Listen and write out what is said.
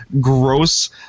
gross